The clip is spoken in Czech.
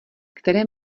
které